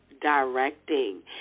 directing